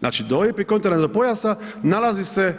Znači do epikontinentalnog pojasa nalazi se,